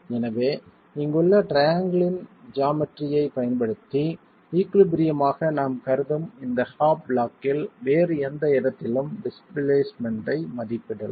எனவே இங்குள்ள ட்ரைஆங்கிள்ன் ஜாமெட்ரியைப் பயன்படுத்தி ஈகுலிபிரியம் ஆக நாம் கருதும் இந்த ஹாப் ப்ளாக்கில் வேறு எந்த இடத்திலும் டிஸ்பிளேஸ்மென்ட்டை மதிப்பிடலாம்